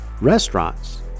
restaurants